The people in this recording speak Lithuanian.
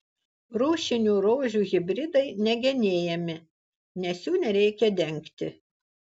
rūšinių rožių hibridai negenėjami nes jų nereikia dengti